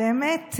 באמת,